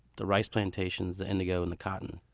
the rice plantations, the indigo and the cotton,